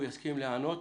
אם הוא יסכים להיענות,